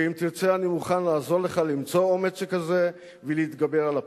ואם תרצה אני מוכן לעזור לך למצוא אומץ כזה ולהתגבר על הפחד.